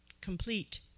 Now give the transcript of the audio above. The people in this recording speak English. Complete